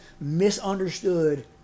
misunderstood